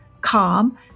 calm